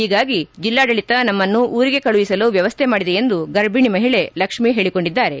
ಹೀಗಾಗಿ ಜಿಲ್ಲಾಡಳಿತ ನಮ್ಮನ್ನು ಊರಿಗೆ ಕಳುಹಿಸಲು ವ್ಯವಸ್ಥೆ ಮಾಡಿದೆ ಎಂದು ಗರ್ಭಣಿ ಮಹಿಳೆ ಲಕ್ಷ್ಮಿ ಹೇಳಕೊಂಡಿದ್ದಾರೆ